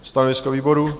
Stanovisko výboru?